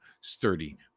sturdy